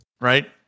right